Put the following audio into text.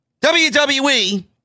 WWE